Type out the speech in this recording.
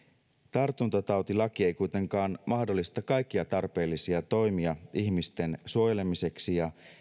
tartuntatautilaki ei kuitenkaan mahdollista kaikkia tarpeellisia toimia ihmisten suojelemiseksi ja